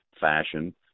fashion